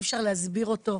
אי אפשר להסביר אותו.